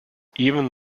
even